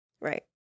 right